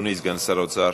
אדוני סגן שר האוצר.